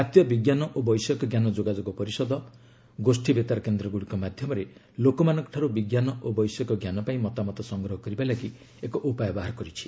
ଜାତୀୟ ବିଜ୍ଞାନ ଓ ବୈଷୟିକଜ୍ଞାନ ଯୋଗାଯୋଗ ପରିଷଦ' ଗୋଷ୍ଠୀ ବେତାର କେନ୍ଦ୍ରଗୁଡ଼ିକ ମାଧ୍ୟମରେ ଲୋକମାନଙ୍କଠାରୁ ବିଜ୍ଞାନ ଓ ବୈଷୟିକଞ୍ଜାନ ପାଇଁ ମତାମତ ସଂଗ୍ରହ କରିବା ଲାଗି ଏକ ଉପାୟ ବାହାର କରିଛି